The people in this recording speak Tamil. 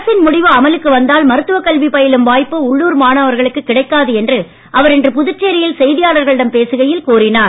அரசின் முடிவு அமலுக்கு வந்தால் மருத்துவக் கல்வி பயிலும் வாய்ப்பு உள்ளுர் மாணவர்களுக்கு கிடைக்காது என்று அவர் இன்று புதுச்சேரியில் செய்தியாளர்களிடம் பேசுகையில் கூறினார்